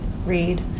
Read